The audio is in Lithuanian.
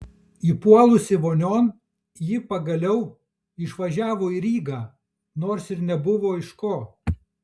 įpuolusi vonion ji pagaliau išvažiavo į rygą nors ir nebuvo iš ko